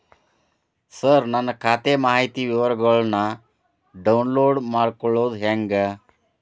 ಸರ ನನ್ನ ಖಾತಾ ಮಾಹಿತಿ ವಿವರಗೊಳ್ನ, ಡೌನ್ಲೋಡ್ ಮಾಡ್ಕೊಳೋದು ಹೆಂಗ?